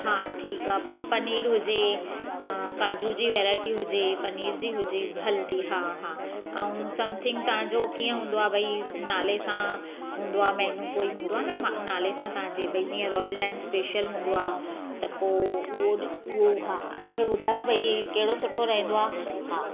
हा ठीकु आहे पनीर हुजे अ काजू जी वेरायटी हुजे पनीर जी हुजे हलंदी हा हा ऐं समथिंग तव्हांजो कीअं हूंदो आहे भई नाले सां हूंदो आहे मेनू कोई हूंदो आहे न नाले सां तव्हांजे भई जीअं रॉयल डाइन स्पेशल हूंदो आहे त पोइ उहो उहो हा असांखे ॿुधायो भई कहिड़ो सुठो रहंदो आहे हा